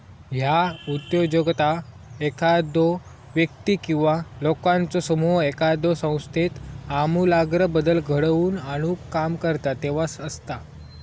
ह्या उद्योजकता एखादो व्यक्ती किंवा लोकांचो समूह एखाद्यो संस्थेत आमूलाग्र बदल घडवून आणुक काम करता तेव्हा असता